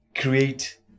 create